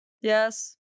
Yes